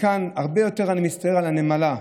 כאן הרבה יותר אני מצטער על הנמלה,